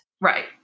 Right